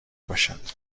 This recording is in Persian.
باشد